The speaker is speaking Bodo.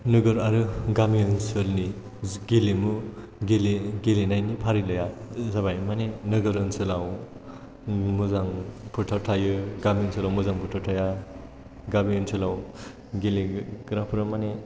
नोगोर आरो गामि ओनसोलनि गेलेमु गेलेनायनि फारिलाइया जाबाय माने नोगोर ओनसोलाव मोजां फोथार थायो गामि ओनसोलाव मोजां फोथार थाया गामि ओनसोलाव गेलेग्राफोरा माने